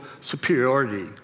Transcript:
superiority